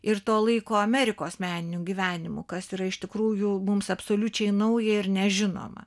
ir to laiko amerikos meniniu gyvenimu kas yra iš tikrųjų mums absoliučiai nauja ir nežinoma